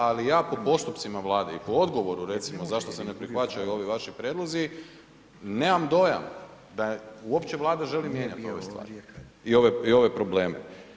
Ali ja po postupcima Vlade i po odgovoru recimo zašto se ne prihvaćaju ovi vaši prijedlozi, nemam dojam da uopće Vlada želi mijenjati ove stvari i ove probleme.